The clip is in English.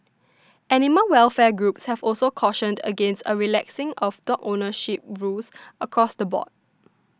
animal welfare groups have also cautioned against a relaxing of dog ownership rules across the board